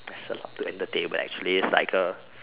there's a lot to entertain but actually its like a